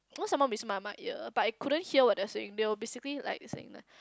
someone whispering on my ear but I couldn't hear what they're saying they were basically like saying that